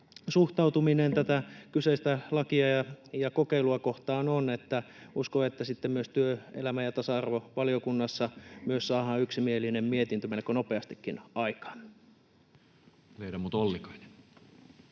suhtautuminen tätä kyseistä lakia ja kokeilua kohtaan on, niin että uskon, että sitten myös työelämä- ja tasa-arvovaliokunnassa saadaan yksimielinen mietintö melko nopeastikin aikaan.